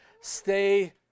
Stay